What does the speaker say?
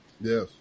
Yes